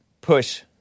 push